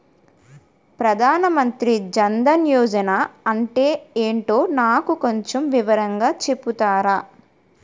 ప్రధాన్ మంత్రి జన్ దన్ యోజన అంటే ఏంటో నాకు కొంచెం వివరంగా చెపుతారా?